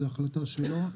זו החלטה שלו,